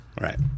Right